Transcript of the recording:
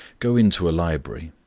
go into a library,